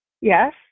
Yes